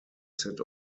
sit